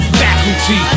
faculty